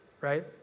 right